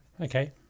Okay